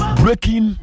breaking